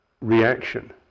reaction